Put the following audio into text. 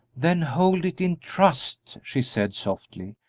then hold it in trust, she said, softly,